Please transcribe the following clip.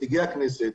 נציגי הכנסת,